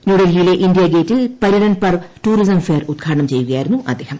ന്യൂഡൽഹിയിലെ ഇന്ത്യാഗേറ്റിൽ Paryatan Parv tourism fair ഉദ്ഘാടനം ചെയ്യുകയായിരുന്നു അദ്ദേഹം